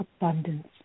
abundance